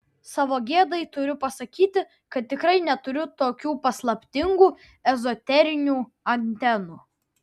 savo gėdai turiu pasakyti kad tikrai neturiu tokių paslaptingų ezoterinių antenų